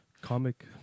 comic